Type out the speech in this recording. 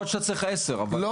יכול להיות שאתה צריך עשר --- לא,